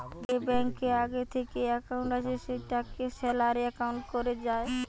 যে ব্যাংকে আগে থিকেই একাউন্ট আছে সেটাকে স্যালারি একাউন্ট কোরা যায়